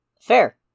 Fair